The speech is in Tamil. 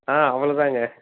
ஆ அவ்வளோதாங்க